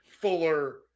fuller